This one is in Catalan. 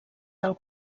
del